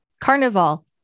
Carnival